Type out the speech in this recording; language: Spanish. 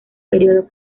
periodo